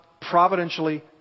providentially